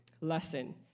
lesson